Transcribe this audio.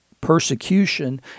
persecution